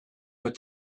but